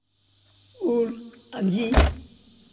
ᱩᱞ ᱟᱹᱧᱡᱤᱨ